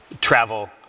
travel